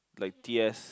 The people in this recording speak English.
like t_s